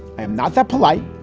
i am not that polite.